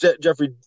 Jeffrey